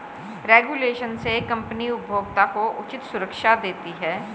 regulation से company उपभोक्ता को उचित सुरक्षा देती है